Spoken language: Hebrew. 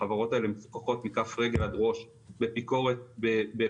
החברות האלה מפוקחות מכף רגל ועד ראש בביקורת ובפיקוח